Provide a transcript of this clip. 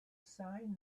sign